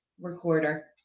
Recorder